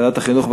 לוועדת החינוך?